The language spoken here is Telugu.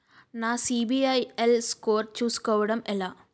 నా సిబిఐఎల్ స్కోర్ చుస్కోవడం ఎలా?